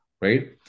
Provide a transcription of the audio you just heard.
right